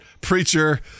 preacher